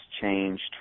changed